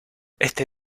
este